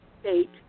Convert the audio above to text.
state